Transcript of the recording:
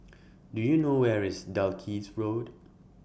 Do YOU know Where IS Dalkeith Road